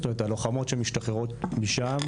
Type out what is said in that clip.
זאת אומרת הלוחמות, שמשתחררות משם,